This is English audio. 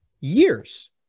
years